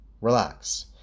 relax